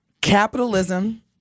Capitalism